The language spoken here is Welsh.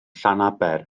llanaber